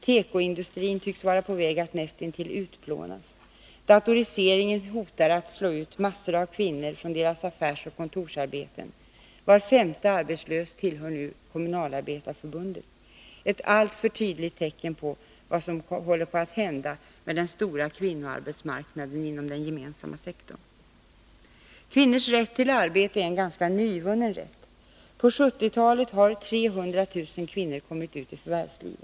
Tekoindustrin tycks vara på väg att nästintill utplånas. Datoriseringen hotar att slå ut massor av kvinnor från deras affärsoch kontorsarbete. Var femte arbetslös tillhör nu Kommunalarbetareförbundet — ett alltför tydligt tecken på vad som håller på att hända med den stora kvinnoarbetsmarknaden inom den gemensamma sektorn. Kvinnors rätt till arbete är en ganska nyvunnen rätt. På 1970-talet har 300 000 kvinnor kommit ut i förvärvslivet.